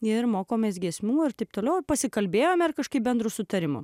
ir mokomės giesmių ir taip toliau pasikalbėjome ar kažkaip bendru sutarimu